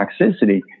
toxicity